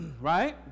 right